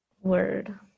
Word